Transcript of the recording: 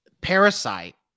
Parasite